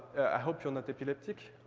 i hope you're not epileptic.